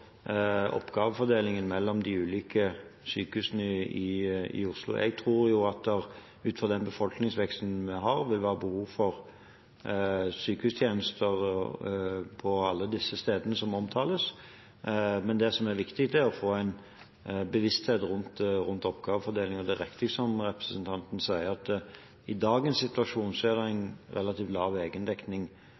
ut fra den befolkningsveksten vi har, vil være behov for sykehustjenester på alle disse stedene som omtales. Det som er viktig, er å få en bevissthet rundt oppgavefordelingen. Det er riktig som representanten sier, at i dagens situasjon er det en relativt lav egendekning